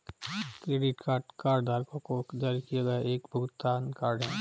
credit card कार्डधारकों को जारी किया गया एक भुगतान कार्ड है